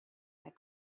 had